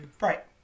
Right